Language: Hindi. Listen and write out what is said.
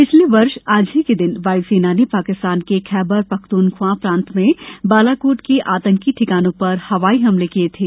पिछले वर्ष आज ही को दिन वायुसेना ने पांकिस्तान के खैबर पख्तूनख्वा प्रांत में बालाकोट के आतंकी ठिकानों पर हवाई हमले किये थे